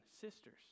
sisters